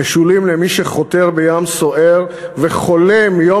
משולים למי שחותר בים סוער וחולם להגיע יום